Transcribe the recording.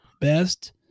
Best